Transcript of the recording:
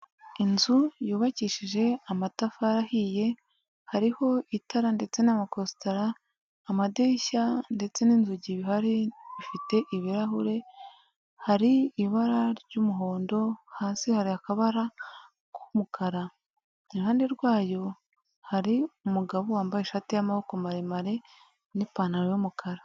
Inzu yubakishije amatafari ahiye, hariho itara ndetse n'amakositara, amadirishya ndetse n'inzugi bihari bifite ibirahure, hari ibara ry'umuhondo hasi hari akabara k'umukara, iruhande rwayo hari umugabo wambaye ishati y'amaboko maremare n'ipantaro y' umukara.